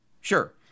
sure